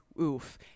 oof